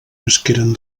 nasqueren